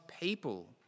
people